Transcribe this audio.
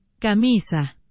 Camisa